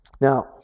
Now